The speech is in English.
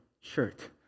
shirt